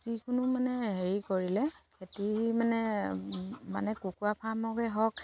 যিকোনো মানে হেৰি কৰিলে খেতি মানে মানে কুকুৰা ফাৰ্মকে হওক